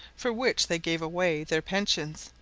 for which they gave away their pensions,